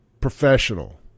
professional